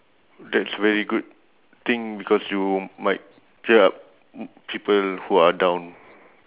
that's very good thing because you might cheer up people who are down